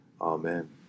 Amen